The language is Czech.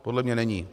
Podle mě není.